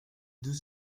deux